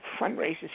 fundraisers